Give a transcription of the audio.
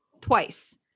twice